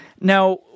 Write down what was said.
Now